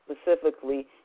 specifically